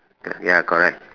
ya correct